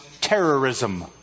terrorism